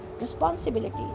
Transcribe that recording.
responsibility